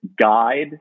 guide